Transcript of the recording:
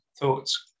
Thoughts